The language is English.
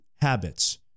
habits